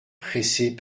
pressée